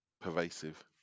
pervasive